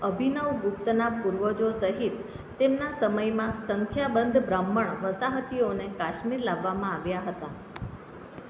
અભિનવ ગુપ્તના પૂર્વજો સહિત તેમના સમયમાં સંખ્યાબંધ બ્રાહ્મણ વસાહતીઓને કાશ્મીર લાવવામાં આવ્યા હતા